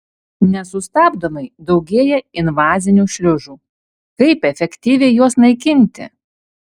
nesustabdomai daugėja invazinių šliužų kaip efektyviai juos naikinti